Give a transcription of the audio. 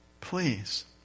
Please